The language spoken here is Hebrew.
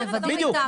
בדיוק,